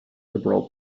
liberal